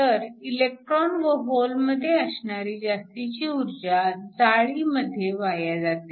तर इलेक्ट्रॉन व होलमध्ये असणारी जास्तीची ऊर्जा जाळीमध्ये वाया जाते